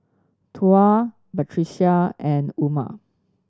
Tuah Batrisya and Umar